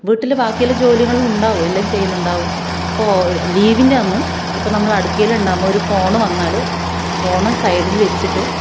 വീട്ടിൽ ബാക്കി എല്ലാ ജോലികളുമുണ്ടാവും എല്ലാം ചെയ്യുന്നുണ്ടാവും ഇപ്പോൾ ലീവിൻ്റെ അന്നും ഇപ്പോൾ നമ്മൾ അടുക്കളയിലുണ്ടാവുമ്പോൾ ഒരു ഫോൺ വന്നാൽ ഫോൺ സൈഡിൽ വെച്ചിട്ട്